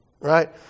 right